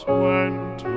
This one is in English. went